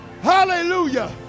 Hallelujah